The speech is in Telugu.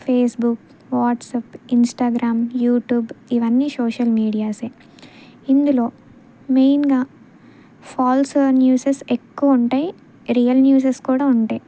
ఫేస్బుక్ వాట్సాప్ ఇంస్టాగ్రామ్ యూట్యూబ్ ఇవన్నీ సోషల్ మీడియాస్ ఇందులో మెయిన్గా ఫాల్స్ న్యూస్ ఎక్కువ ఉంటాయి రియల్ న్యూస్ కూడా ఉంటాయి